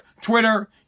Twitter